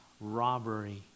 robbery